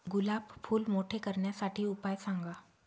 गुलाब फूल मोठे करण्यासाठी उपाय सांगा?